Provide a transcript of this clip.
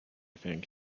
think